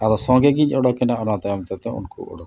ᱟᱫᱚ ᱥᱚᱸᱜᱮᱜᱮᱧ ᱚᱰᱚᱠᱮᱱᱟ ᱚᱱᱟ ᱛᱟᱭᱚᱢ ᱛᱮᱫᱚ ᱩᱱᱠᱩ ᱚᱰᱚᱠᱮᱱᱟ